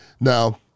Now